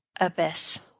abyss